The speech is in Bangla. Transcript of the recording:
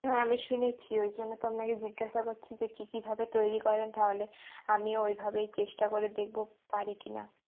হ্যাঁ আমি শুনেছি ওই জন্য তো আপনাকে জিজ্ঞাসা করছি যে কী কী ভাবে তৈরি করেন তাহলে আমিও ওই ভাবেই চেষ্টা করে দেখব পারি কিনা